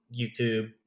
YouTube